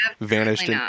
vanished